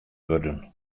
wurden